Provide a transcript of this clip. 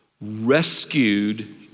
rescued